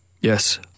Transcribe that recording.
Yes